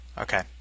Okay